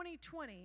2020